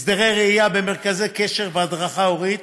הסדרי ראייה במרכזי קשר והדרכה הורית,